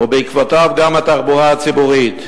ובעקבותיו גם התחבורה הציבורית.